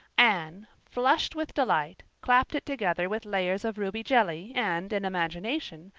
anne, flushed with delight, clapped it together with layers of ruby jelly and, in imagination,